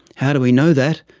how do we know that?